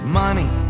money